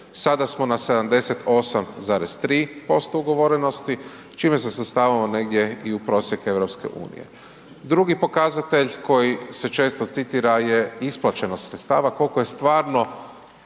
sada smo na 78,3% ugovorenosti, čime se svrstavamo negdje i u prosjek EU. Drugi pokazatelj koji se često citira je isplaćenost sredstava koliko je stvarno